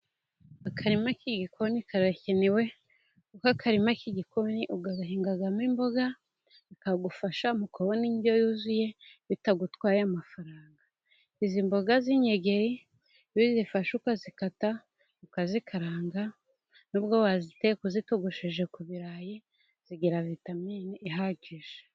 Akarima k'igikoni karakenewe, kuko akarima k'igikoni ugahingamo imboga, bikagufasha kubona indyo yuzuye bitagutwaye amafaranga. Izi mboga z'inyegeri iyo uzifashe ukazikata, ukazikaranga, n'ubwo waziteka uzitogosheje ku birarayi, zigira vitamine ihagije.